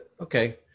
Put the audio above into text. okay